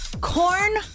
Corn